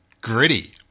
Gritty